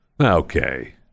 okay